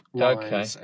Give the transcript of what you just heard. Okay